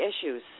issues